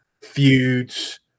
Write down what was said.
feuds